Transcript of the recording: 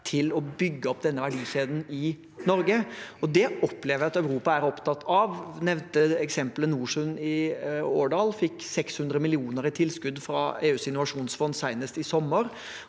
til å bygge opp denne verdikjeden i Norge. Det opplever jeg at Europa er opptatt av. Det nevnte eksempelet NorSun i Årdal fikk 600 mill. kr i tilskudd fra EUs innovasjonsfond senest i sommer.